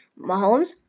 Mahomes